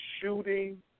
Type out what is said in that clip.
shooting